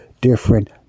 different